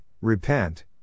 Repent